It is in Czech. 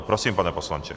Prosím, pane poslanče.